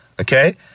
okay